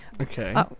Okay